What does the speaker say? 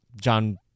John